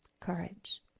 courage